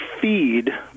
feed